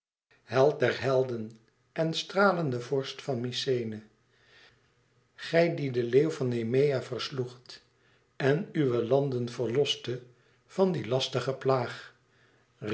held der helden en stralende vorst van mykenæ gij die den leeuw van nemea versloegt en uwe landen verlostet van dien lastigen plaag